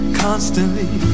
constantly